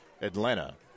Atlanta